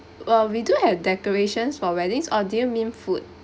well we do have decorations for weddings or do you mean food